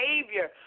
behavior